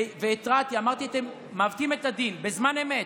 התרעתי ואמרתי: אתם מעוותים את הדין בזמן אמת,